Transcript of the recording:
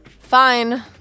Fine